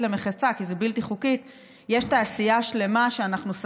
העדויות של הדברים שבדרך כלל חברי הכנסת